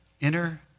inner